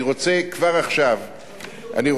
אני רוצה כבר עכשיו להודות.